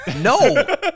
No